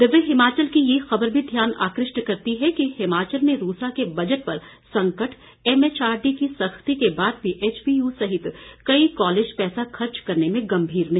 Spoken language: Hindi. दिव्य हिमाचल की ये खबर भी ध्यान आकृष्ट करती है हिमाचल में रूसा के बजट पर संकट एमएचआरडी की सख्ती के बाद भी एचपीयू सहित कई कॉलेज पैसा खर्च करने में गंभीर नहीं